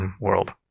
world